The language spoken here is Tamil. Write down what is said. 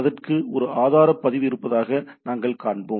அதற்கு ஒரு ஆதார பதிவு இருப்பதாக நாங்கள் காண்போம்